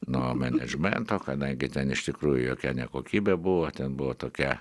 nuo menedžmento kadangi ten iš tikrųjų jokia ne kokybė buvo ten buvo tokia